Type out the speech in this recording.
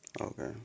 Okay